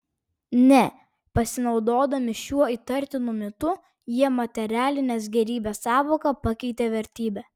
ne pasinaudodami šiuo įtartinu mitu jie materialinės gėrybės sąvoką pakeitė vertybe